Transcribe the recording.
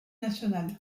nationale